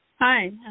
Hi